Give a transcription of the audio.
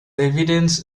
evidence